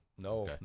no